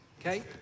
Okay